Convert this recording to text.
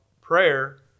prayer